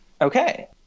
Okay